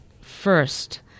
first